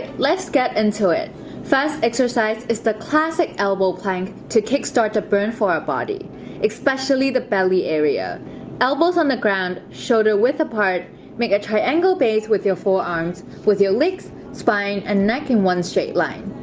let's get into it first exercise is the classic elbow plank to kickstart to burn for our body especially the belly area elbows on the ground shoulder-width apart make a triangle base with your forearms with your legs spine and neck in one straight line